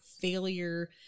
failure